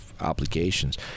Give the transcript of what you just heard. obligations